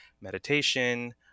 meditation